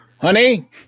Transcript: Honey